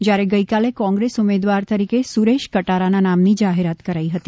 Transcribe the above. જ્યારે ગઈકાલે કોંગ્રેસે ઉમેદવાર તરીકે સુરે શ કટારાના નામની જાહેરાત કરી હતી